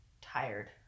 tired